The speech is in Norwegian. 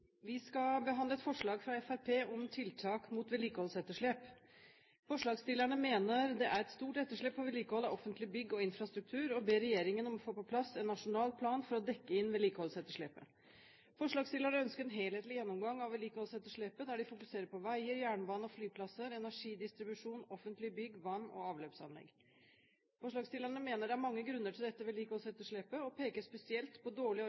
Vi skal behandle et forslag fra Fremskrittspartiet om tiltak mot vedlikeholdsetterslep. Forslagsstillerne mener det er et stort etterslep på vedlikehold av offentlige bygg og infrastruktur og ber regjeringen om å få på plass en nasjonal plan for å dekke inn vedlikeholdsetterslepet. Forslagsstillerne ønsker en helhetlig gjennomgang av vedlikeholdsetterslepet der de fokuserer på veier, jernbaner, flyplasser, energidistribusjon, offentlige bygg og vann- og avløpsanlegg. Forslagsstillerne mener det er mange grunner til dette vedlikeholdsetterslepet og peker spesielt på dårlig